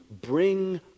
bring